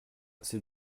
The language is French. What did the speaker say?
c’est